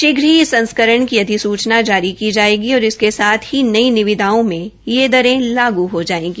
शीघ्र ही इस संस्करण की अधिसूचना जारी की जायेगी और इसके साथ ही नई निविदाओं में यह दरें लागू हो जायेगी